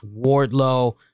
Wardlow